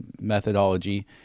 methodology